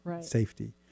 safety